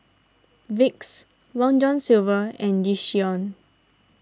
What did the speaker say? Vicks Long John Silver and Yishion